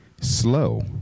Slow